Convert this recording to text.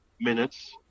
minutes